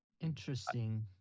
Interesting